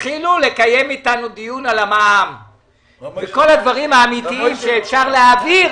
יתחילו לקיים אתנו דיון על המע"מ ובכל הדברים האמיתיים שאפשר להעביר,